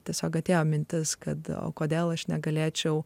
tiesiog atėjo mintis kad o kodėl aš negalėčiau